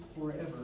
forever